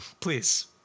please